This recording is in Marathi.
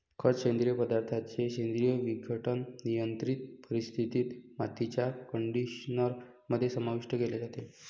खत, सेंद्रिय पदार्थांचे सेंद्रिय विघटन, नियंत्रित परिस्थितीत, मातीच्या कंडिशनर मध्ये समाविष्ट केले जाते